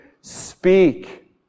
speak